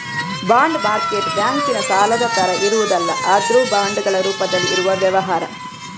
bond market ಬ್ಯಾಂಕಿನ ಸಾಲದ ತರ ಇರುವುದಲ್ಲ ಆದ್ರೂ ಬಾಂಡುಗಳ ರೂಪದಲ್ಲಿ ಇರುವ ವ್ಯವಹಾರ